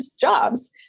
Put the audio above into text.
jobs